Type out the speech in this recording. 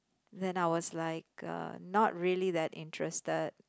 then I was like uh not really that interested